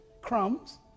crumbs